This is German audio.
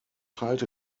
halte